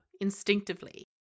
instinctively